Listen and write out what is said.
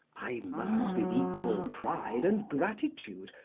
i must, with equal pride and gratitude,